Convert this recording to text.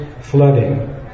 flooding